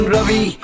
Ravi